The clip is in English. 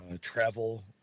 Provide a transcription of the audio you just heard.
Travel